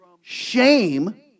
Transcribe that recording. shame